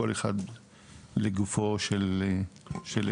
כל אחד לגופו של עניין.